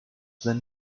then